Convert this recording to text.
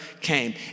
came